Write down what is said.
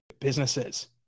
businesses